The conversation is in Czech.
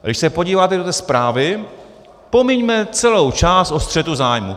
Když se podíváte do té zprávy pomiňme celou část o střetu zájmů.